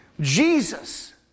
Jesus